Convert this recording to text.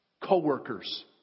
co-workers